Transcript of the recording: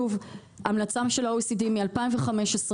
זו המלצה של ה-OECD מ-2015,